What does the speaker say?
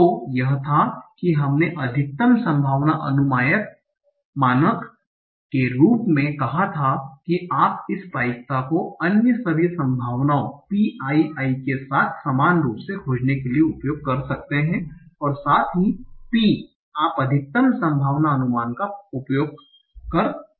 तो यह था कि हमने अधिकतम संभावना अनुमानक के रूप में कहा था कि आप इस प्रायिकता को अन्य सभी संभावनाओं pi i के साथ समान रूप से खोजने के लिए उपयोग कर सकते हैं और साथ ही P आप अधिकतम संभावना अनुमान का उपयोग कर पा सकते हैं